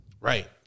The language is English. Right